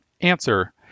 Answer